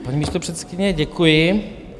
Paní místopředsedkyně, děkuji.